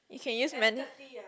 you can use man